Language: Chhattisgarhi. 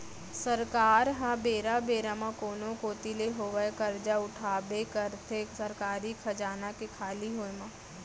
सरकार ह बेरा बेरा म कोनो कोती ले होवय करजा उठाबे करथे सरकारी खजाना के खाली होय म